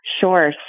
Sure